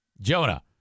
Jonah